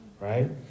right